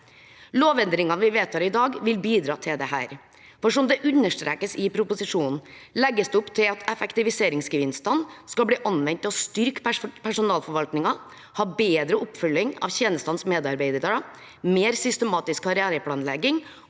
Lovendringene vi vedtar i dag, vil bidra til dette, for som det understrekes i proposisjonen, legges det opp til at effektiviseringsgevinstene skal bli anvendt til styrking av personalforvaltningen, bedre oppfølging av tjenestenes medarbeidere, mer systematisk karriereplanlegging